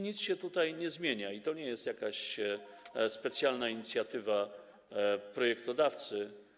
Nic się tutaj nie zmienia i to nie jest jakaś specjalna inicjatywa projektodawcy.